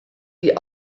die